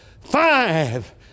five